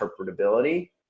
interpretability